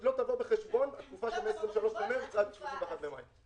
לא תבוא בחשבון התקופה שמה-23 במרץ עד ה-31 במאי,